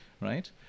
right